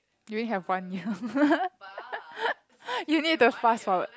you only have one year you need to fast forward